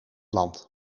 land